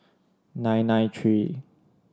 nine nine three